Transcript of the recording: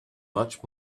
much